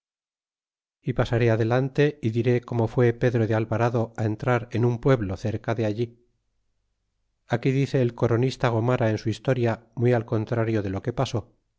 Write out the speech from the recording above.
y pasaré adelante y diré como fué pedro de alvarado entrar en un pueblo cerca de allí aquí dice el coronista gomara en su historia muy al contrario de lo que pasó